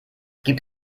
gibt